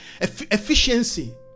efficiency